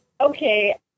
Okay